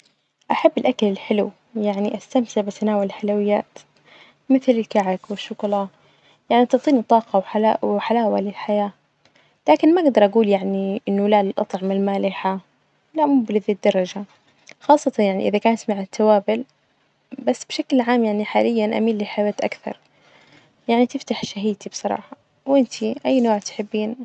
أحب الأكل الحلو يعني أستمتع بتناول الحلويات مثل الكعك والشوكولا، يعني تعطيني طاقة وحلا- وحلاوة للحياة، لكن ما أجدر أجول يعني إنه لا للأطعمة المالحة، لا مو بذي الدرجة خاصة يعني إذا كانت مع التوابل، بس بشكل عام يعني حاليا أميل للحلويات أكثر، يعني تفتح شهيتي بصراحة، وإنتي أي نوع تحبين?